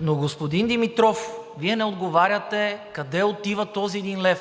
Господин Димитров, Вие обаче не отговаряте къде отива този един лев?